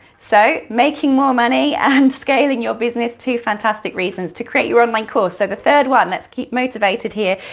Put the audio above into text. so, making more money and scaling your business, two fantastic reasons to create your online course. so the third one, let's keep motivated here,